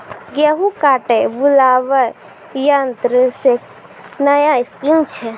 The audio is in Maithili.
गेहूँ काटे बुलाई यंत्र से नया स्कीम छ?